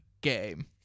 game